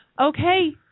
Okay